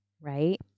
right